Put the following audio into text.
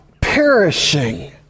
perishing